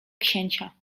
księcia